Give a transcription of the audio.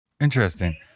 Interesting